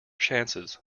chances